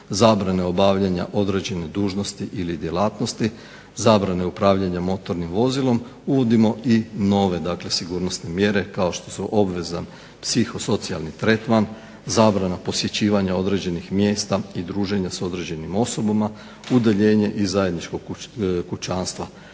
zabrane obavljanja određene dužnosti ili djelatnosti, zabrane upravljanja motornim vozilom uvodimo i nove dakle sigurnosne mjere kao što su obveza psiho-socijalni tretman, zabrana posjećivanja određenih mjesta i druženja s određenim osobama, udaljenje iz zajedničkog kućanstva.